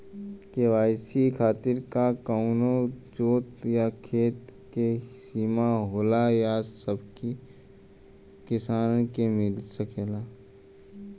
KCC खातिर का कवनो जोत या खेत क सिमा होला या सबही किसान के मिल सकेला?